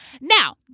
Now